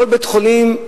כל בית-חולים,